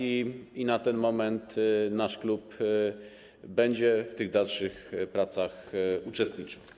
I na ten moment nasz klub będzie w tych dalszych pracach uczestniczył.